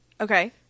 Okay